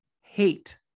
hate